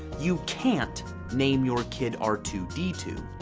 you can't name your kid r two d two.